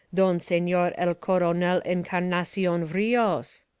don senor el coronel encar nacion rios!